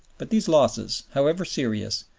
but these losses, however serious,